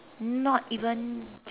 not even